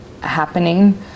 happening